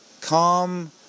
calm